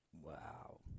Wow